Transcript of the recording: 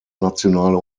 nationale